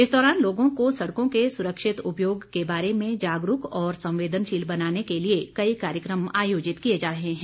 इस दौरान लोगों को सड़कों के सुरक्षित उपयोग के बारे में जागरूक और संवेदनशील बनाने के लिए कई कार्यक्रम आयोजित किए जा रहे हैं